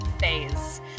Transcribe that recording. Phase